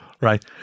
right